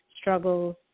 struggles